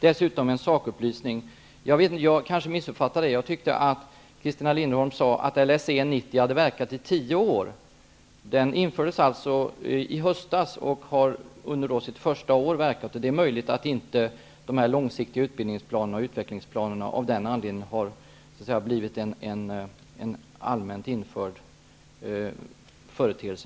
Dessutom en sakupplysning. Kanske missuppfattade jag Christina Linderholm, men jag tyckte att hon sade att Lsä 90 hade verkat i tio år. Lsä 90 infördes i höstas och verkar nu på sitt första år. Det är möjligt att de långsiktiga utbildningsoch utvecklingsplanerna av den anledningen ännu inte har blivit en allmänt införd företeelse.